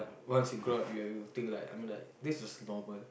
once you grow up you will you will think like I mean like this is normal